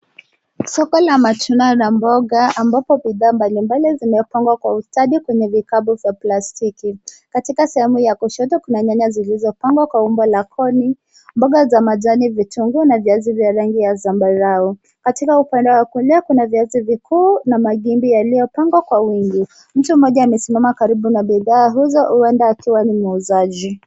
Soko la matunda na mboga ambapo bidhaa mbalimbali zimepangwa kwa ustadi kwenye vikapu vya plastiki. Katika sehemu ya kushoto kuna nyanya zilizopangwa kwa umbo la koni, mboga za majani, vitunguu na viazi vya rangi ya zambarau. Katika upande wa kulia kuna viazi vikuu na magimbi yaliyopangwa kwa wingi. Mtu mmoja amesimama karibu na bidhaa hizo huenda akiwa ni muuzaji.